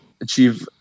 achieve